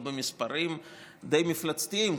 ועוד במספרים די מפלצתיים,